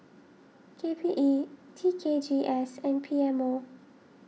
K P E T K G S and P M O